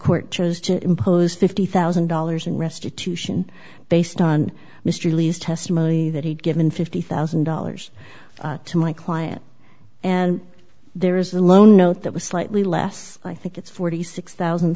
court chose to impose fifty thousand dollars in restitution based on mr lee's testimony that he'd given fifty thousand dollars to my client and there is a low note that was slightly less i think it's forty six thousand